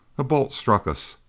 a bolt struck us,